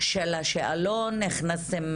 של השאלון, כינסתם